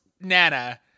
Nana